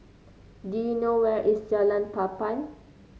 do you know where is Jalan Papan